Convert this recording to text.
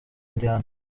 injyana